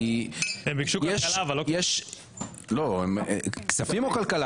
הם ביקשו כלכלה --- כספים או כלכלה?